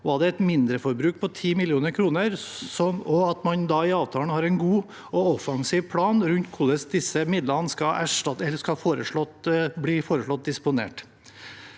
var det et mindreforbruk på 10 mill. kr, og at man i avtalen har en god og offensiv plan for hvordan disse midlene skal disponeres.